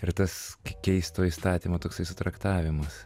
ir tas keisto įstatymo toksai sutraktavimas